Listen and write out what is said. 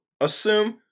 assume